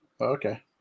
okay